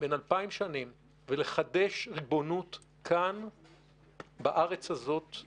בן 2000 שנים ולחדש כאן בארץ הזאת את